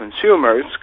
consumers